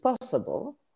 possible